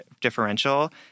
differential